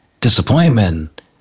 disappointment